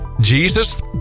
Jesus